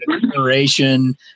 generation